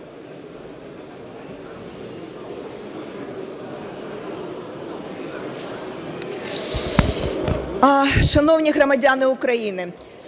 Шановні громадяни України,